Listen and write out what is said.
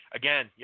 again